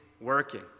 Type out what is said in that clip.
working